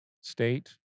State